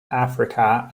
africa